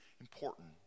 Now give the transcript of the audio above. important